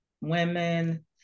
women